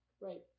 right